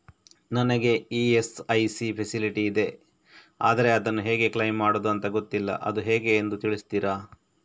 ನನಗೆ ESIC facility ಇದೆ ಆದ್ರೆ ಅದನ್ನು ಹೇಗೆ ಕ್ಲೇಮ್ ಮಾಡೋದು ಅಂತ ಗೊತ್ತಿಲ್ಲ ಅದು ಹೇಗೆಂದು ತಿಳಿಸ್ತೀರಾ?